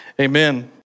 amen